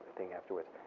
being afterwards.